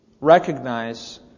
recognize